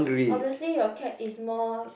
obviously your cat is more